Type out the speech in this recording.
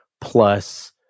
plus